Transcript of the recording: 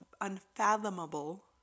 unfathomable